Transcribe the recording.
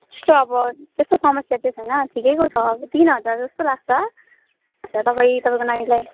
त्यस्तो त अब त्यस्तो समस्या त छैन ठिकैको छ अब तिन हजार जस्तो लाग्छ हुन्छ तपाईँ तपाईँको नानीलाई